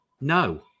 no